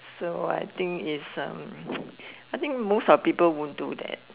so I think is um I think most of people wont do that